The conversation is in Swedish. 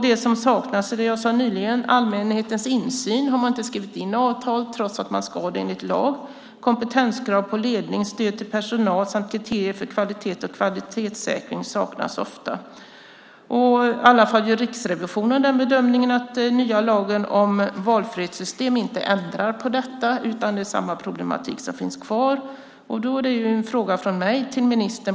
Det som saknas är det jag sade nyligen: Allmänhetens insyn har man inte skrivit in i avtalet, trots att man ska det enligt lag. Kompetenskrav på ledning, stöd till personal samt kriterier för kvalitet och kvalitetssäkring saknas ofta. Riksrevisionen gör bedömningen att den nya lagen om valfrihetssystem inte ändrar på detta. Samma problematik finns kvar.